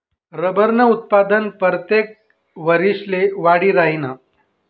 रबरनं उत्पादन परतेक वरिसले वाढी राहीनं